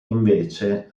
invece